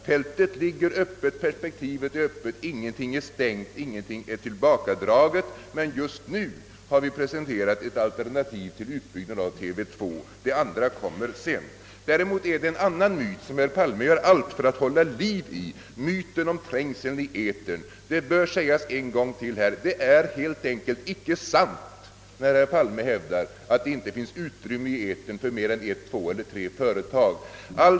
Fältet ligger öppet, perspektivet är öppet, ingenting är stängt eller tillbakadraget, men just nu har vi presenterat ett alternativ till utbyggnad av TV 2. Resten kommer sedan. Herr Palme gör allt för att hålla liv 1 myten om trängseln i etern. Det bör sägas ännu en gång att det är icke sant när herr Palme hävdar att det inte finns utrymme i etern för mer än ett, två eller tre företag.